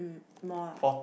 more ah